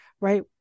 right